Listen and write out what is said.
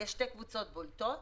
יש שתי קבוצות בולטות